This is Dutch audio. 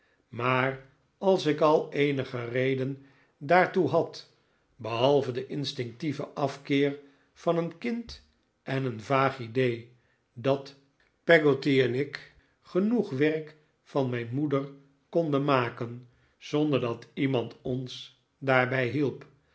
maar als ik al eenige reden daartoe had behalve den instinctieven afkeer van een kind en een vaag idee dat peggotty en ik genoeg werk van mijn moeder konden maken zonder dat iemand ons daarbij hielp